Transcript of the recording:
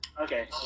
Okay